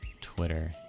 Twitter